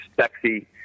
sexy